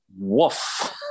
woof